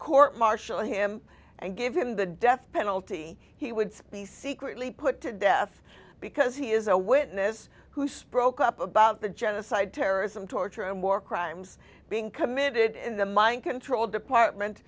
court martial him and give him the death penalty he would speak secretly put to death because he is a witness who spoke up about the genocide terrorism torture and war crimes being committed in the mind control department